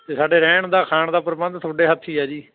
ਅਤੇ ਸਾਡੇ ਰਹਿਣ ਦਾ ਖਾਣ ਦਾ ਪ੍ਰਬੰਧ ਤੁਹਾਡੇ ਹੱਥ ਹੀ ਆ ਜੀ